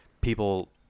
people